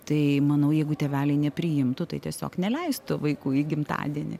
tai manau jeigu tėveliai nepriimtų tai tiesiog neleistų vaikų į gimtadienį